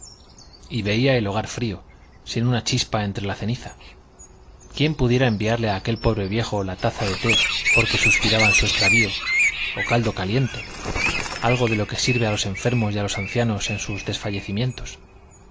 y veía el hogar frío sin una chispa entre la ceniza quién pudiera enviarle a aquel pobre viejo la taza de té por que suspiraba en su extravío o caldo caliente algo de lo que sirve a los enfermos y a los ancianos en sus